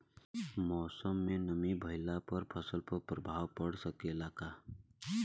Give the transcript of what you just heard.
मौसम में नमी भइला पर फसल पर प्रभाव पड़ सकेला का?